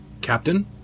Captain